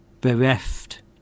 bereft